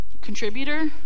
Contributor